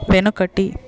వెనుకటి